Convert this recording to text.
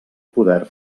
poder